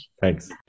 thanks